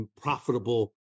profitable